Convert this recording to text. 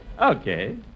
Okay